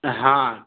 हाँ